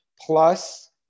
plus